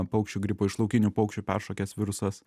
paukščių gripo iš laukinių paukščių peršokęs virusas